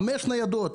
חמש ניידות,